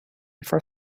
for